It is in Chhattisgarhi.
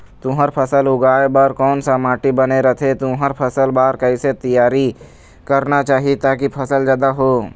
तुंहर फसल उगाए बार कोन सा माटी बने रथे तुंहर फसल बार कैसे तियारी करना चाही ताकि फसल जादा हो?